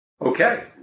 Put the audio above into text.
Okay